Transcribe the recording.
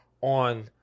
on